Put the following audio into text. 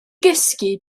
gysgu